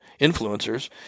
influencers